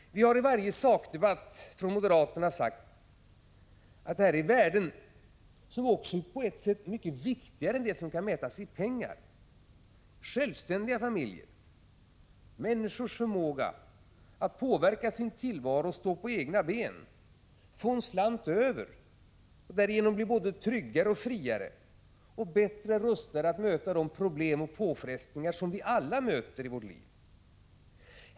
I varje sakdebatt har vi från moderaterna sagt att detta är värden, som på ett sätt är mycket viktigare än dem som kan mätas i pengar. Om familjerna är självständiga, har förmåga att påverka sin tillvaro och stå på egna ben och kan få en slant över, blir de såväl tryggare och friare som bättre rustade att möta de problem och påfrestningar som vi alla möter i våra liv.